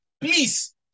Please